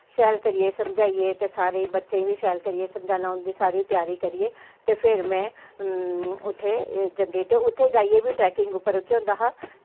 शैल करियै समझाइयै ते सारें बच्चें गी बी शैल करियै समझाना ते सारी त्यारी करियै ते फिर में उत्थें जंदे ते उत्थें जाइयै भी ट्रैकिंग उप्पर केह् होंदा हा कि